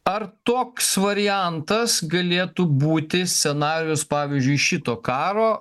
ar toks variantas galėtų būti scenarijus pavyzdžiui šito karo